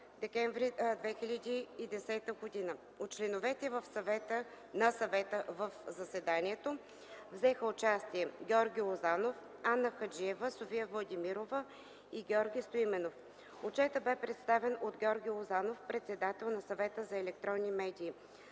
декември 2010 г. От членовете на съвета в заседанието взеха участие: Георги Лозанов, Анна Хаджиева, София Владимирова и Георги Стоименов. Отчетът бе представен от Георги Лозанов – председател на Съвета за електронни медии.